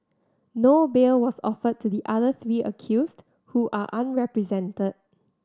no bail was offered to the other three accused who are unrepresented